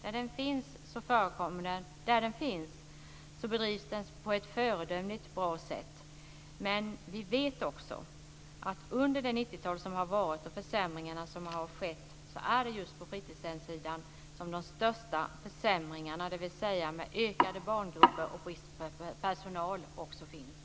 Där verksamheten finns bedrivs den på ett föredömligt sätt. Men vi vet också att det under det 90-tal som har gått, med de försämringar som har skett, just är på fritidshemssidan som de största försämringarna gjorts, dvs. med ökande barngrupper och brist på personal.